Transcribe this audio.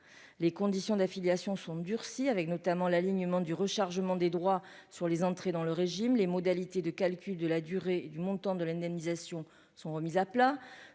les conditions d'affiliation sont durcies, avec notamment l'alignement du rechargement des droits sur les entrées dans le régime, les modalités de calcul de la durée du montant de l'indemnisation sont remises à plat